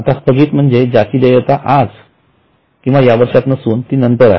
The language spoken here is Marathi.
आता स्थगित म्हणजे ज्याची देयता आज किंवा या वर्षात नसून ती नंतर आहे